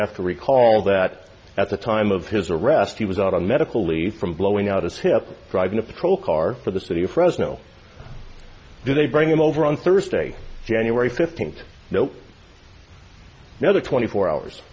have to recall that at the time of his arrest he was out on medical leave from blowing out his hip driving a patrol car for the city of fresno do they bring him over on thursday january fifteenth no another twenty four hours